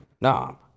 No